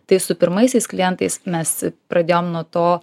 tai su pirmaisiais klientais mes pradėjom nuo to